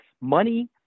Money